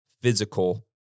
physical